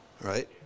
right